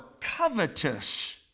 covetous